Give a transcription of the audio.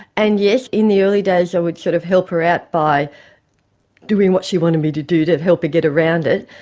and yes, in the early days i would sort of help her out by doing what she wanted me to do to help her get around it,